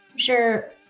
sure